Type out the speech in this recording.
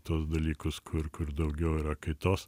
tuos dalykus kur kur daugiau yra kaitos